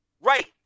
Right